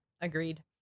agreed